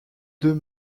deux